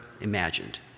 imagined